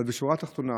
אבל בשורה התחתונה,